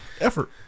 Effort